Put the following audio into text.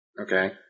Okay